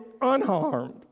unharmed